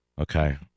Okay